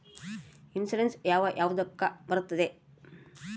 Insurance ಯಾವ ಯಾವುದಕ್ಕ ಬರುತ್ತೆ?